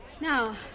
Now